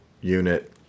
unit